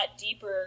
deeper